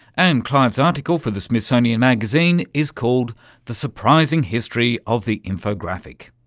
and clive's article for the smithsonian magazine is called the surprising history of the infographic.